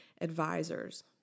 advisors